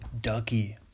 Ducky